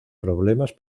problemas